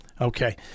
Okay